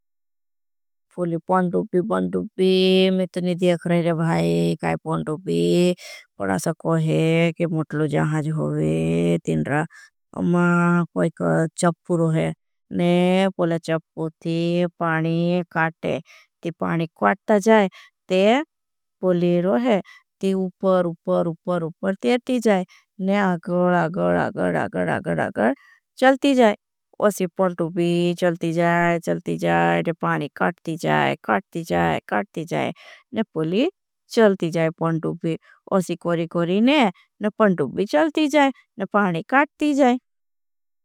पूली पंडूबी पंडूबी मैं तो नहीं देख रहा है भाई काई पंडूबी। पड़ा सको है के मुटलो जहाँ हाँ होगे तिन्रा अम्मा कोई का। चप्पू रोहे ने पूली चप्पू थी पानी काटे ती पानी काटता जाए। ते पूली रोहे ती उपर उ अगड अगड अगड अगड चलती। जाए वसी पंडूबी चलती जाए चलती जाए ते पानी काटती जाए। काटती जाए काटती जाए ने पूली चलती जाए पंडूबी वसी। कोरी कोरी ने ने पंडूबी चलती जाए ने पानी काटती जाए।